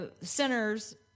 centers